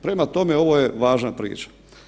Prema tome, ovo je važna priča.